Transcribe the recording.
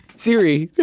siri,